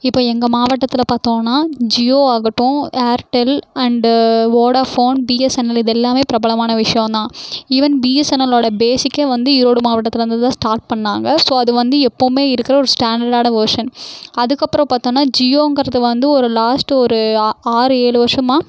இப்போது எங்கள் மாவட்டத்தில் பார்த்தோம்னா ஜியோ ஆகட்டும் ஏர்டெல் அண்ட் வோடஃபோன் பிஎஸ்என்எல் இது எல்லாமே பிரபலமான விஷயம் தான் ஈவன் பிஎஸ்என்எல்லோட பேஸிக்கே வந்து ஈரோடு மாவட்டத்திலருந்துதான் ஸ்டார்ட் பண்ணிணாங்க ஸோ அது வந்து எப்போதுமே இருக்கிற ஒரு ஸ்டாண்டர்ட்டான வெர்ஷன் அதுக்கு அப்புறம் பார்த்தோம்னா ஜியோங்கிறது வந்து லாஸ்ட் ஒரு ஆறு ஏழு வருஷமா